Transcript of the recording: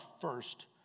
first